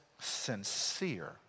sincere